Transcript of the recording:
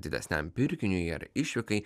didesniam pirkiniui ar išvykai